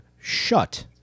shut